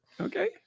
Okay